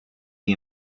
the